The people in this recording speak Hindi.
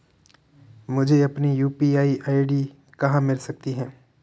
मुझे अपनी यू.पी.आई आई.डी कहां मिल सकती है?